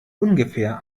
ungefähr